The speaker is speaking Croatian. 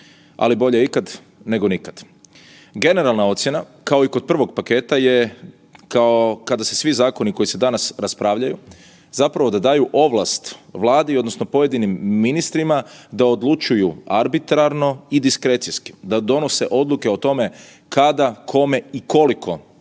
ali bolje ikad nego nikad. Generalna ocjena kao i kod prvog paketa je kao kada se svi zakoni koji se danas raspravljaju zapravo da daju ovlast odnosno pojedinim ministrima da odlučuju arbitrarno i diskrecijski, da donose odluke o tome kada, kome i koliko pomoći